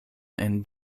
and